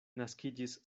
naskiĝis